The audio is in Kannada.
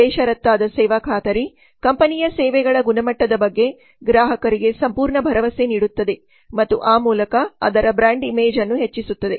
ಬೇಷರತ್ತಾದ ಸೇವಾ ಖಾತರಿ ಕಂಪನಿಯ ಸೇವೆಗಳ ಗುಣಮಟ್ಟದ ಬಗ್ಗೆ ಗ್ರಾಹಕರಿಗೆ ಸಂಪೂರ್ಣ ಭರವಸೆ ನೀಡುತ್ತದೆ ಮತ್ತು ಆ ಮೂಲಕ ಅದರ ಬ್ರಾಂಡ್ ಇಮೇಜ್ಅನ್ನು ಹೆಚ್ಚಿಸುತ್ತದೆ